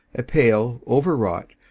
a pale, overwrought,